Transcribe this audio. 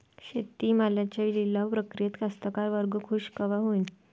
शेती मालाच्या लिलाव प्रक्रियेत कास्तकार वर्ग खूष कवा होईन?